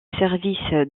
services